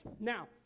Now